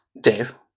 Dave